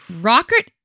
rocket